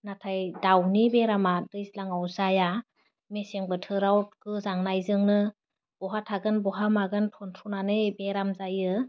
नाथाय दावनि बेरामा दैज्लांआव जाया मेसें बोथोराव गोजांनायजोंनो अहा थागोन बहा मागोन थनथ्रनानै बेराम जायो